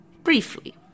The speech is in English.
Briefly